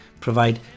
provide